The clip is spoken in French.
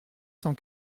cent